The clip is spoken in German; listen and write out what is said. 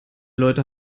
leute